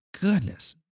goodness